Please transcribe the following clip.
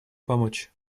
помочь